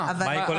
מה היא כוללת?